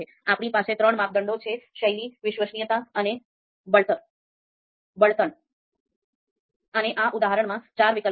આપણી પાસે ત્રણ માપદંડો છે શૈલી વિશ્વસનીયતા અને બળતણ અને આ ઉદાહરણમાં ચાર વિકલ્પો છે